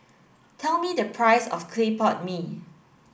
tell me the price of Clay Pot Mee